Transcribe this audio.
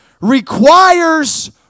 requires